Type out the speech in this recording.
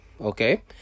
Okay